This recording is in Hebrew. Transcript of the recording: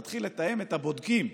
תתחיל לתאם את הבודקים,